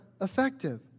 effective